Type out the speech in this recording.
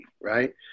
Right